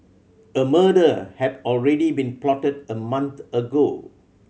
a murder had already been plotted a month ago